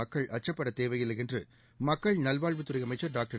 மக்கள் அச்சப்படத்தேவையில்லை என்று மக்கள்நல்வாழ்வுத்துறை அமைச்சர் டாக்டர்